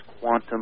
quantum